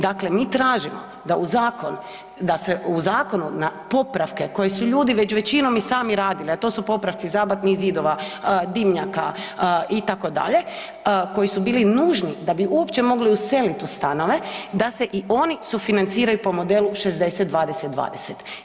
Dakle, mi tražimo da u zakon, da se u zakon na popravke koje su ljudi već većinom i sami radili, a to su popravci zabatnih zidova, dimnjaka itd., koji su bili nužni da bi uopće mogli uselit u stanove, da se i oni sufinanciraju po modelu 60:20:20.